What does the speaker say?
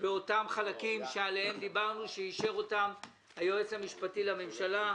אושרו החלקים שעליהם דיברנו ואותם אישר היועץ המשפטי לממשלה.